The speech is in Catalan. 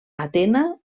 atena